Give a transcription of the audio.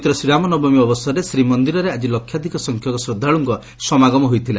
ପବିତ୍ର ଶ୍ରୀରାମ ନବମୀ ଅବସରରେ ଶ୍ରୀମନ୍ଦିରରେ ଆକି ଲକ୍ଷାଧିକ ସଂଖ୍ୟକ ଶ୍ରଦ୍ଧାଳୁଙ୍କ ସମାଗମ ହୋଇଥିଲା